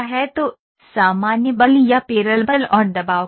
तो सामान्य बल या पेडल बल और दबाव क्या है